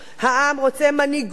העם רוצה מנהיגות.